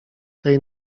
tej